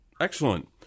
Excellent